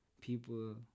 people